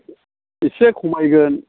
इसे खमायगोन